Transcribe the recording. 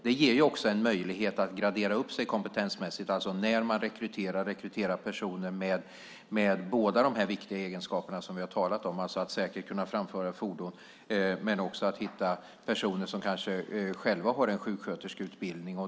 Det ger också en möjlighet att gradera upp sig kompetensmässigt. När man rekryterar kan man rekrytera personer med båda de viktiga egenskaperna som vi har talat om, alltså personer som säkert kan framföra fordon men också personer som kanske själva har en sjuksköterskeutbildning.